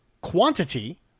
quantity